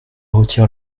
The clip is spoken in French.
retire